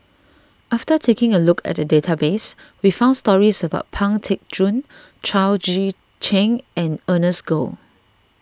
after taking a look at the database we found stories about Pang Teck Joon Chao Tzee Cheng and Ernest Goh